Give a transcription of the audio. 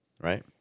right